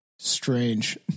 strange